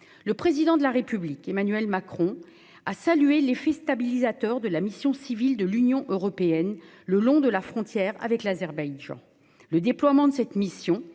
Le Président de la République a « salué l'effet stabilisateur de la mission civile de l'Union européenne le long de la frontière avec l'Azerbaïdjan ». Le déploiement de cette mission